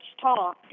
talk